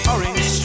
Orange